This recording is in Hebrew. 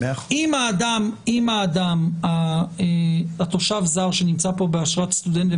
אם הזר שנמצא כאן באשרת סטודנט,